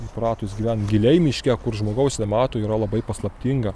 įpratus gyvent giliai miške kur žmogaus nemato yra labai paslaptinga